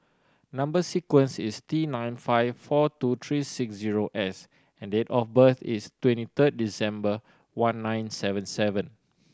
number sequence is T nine five four two three six zero S and date of birth is twenty third December one nine seven seven